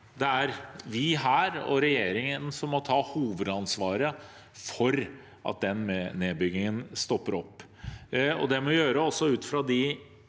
det er vi her og regjeringen som må ta hovedansvaret for at den nedbyggingen stopper opp. Det må vi også gjøre ut fra de